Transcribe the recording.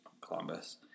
Columbus